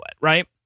Right